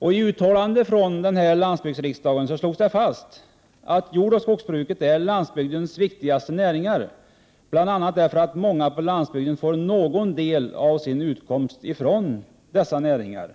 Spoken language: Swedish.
frågor. I ett uttalande från denna landsbygdsriksdag slogs det fast att jordoch skogsbruket är landsbygdens viktigaste näringar, bl.a. därför att många på landsbygden får någon del av sin utkomst från dessa näringar.